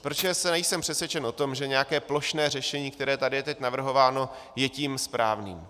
Protože nejsem přesvědčen o tom, že nějaké plošné řešení, které je tady teď navrhováno, je tím správným.